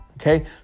okay